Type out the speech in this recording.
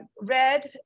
red